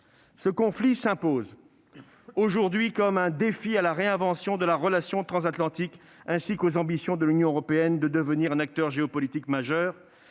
Ce conflit s'impose aujourd'hui comme un défi à la réinvention de la relation transatlantique ainsi qu'aux ambitions de l'Union européenne de devenir un acteur géopolitique majeur.